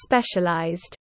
specialized